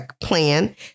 plan